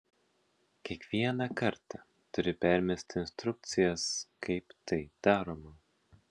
kiekvieną kartą turi permesti instrukcijas kaip tai daroma